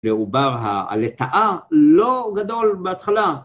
‫לעובר הלטאה לא גדול בהתחלה.